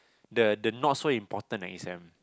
the the not so important exam